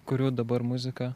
kuriu dabar muziką